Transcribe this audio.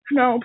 no